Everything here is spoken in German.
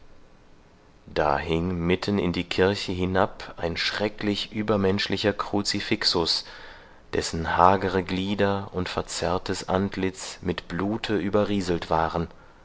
da hing mitten in die kirche hinab ein schrecklich übermenschlicher crucifixus dessen hagere glieder und verzerrtes antlitz mit blute überrieselt waren